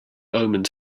omens